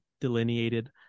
delineated